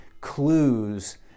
clues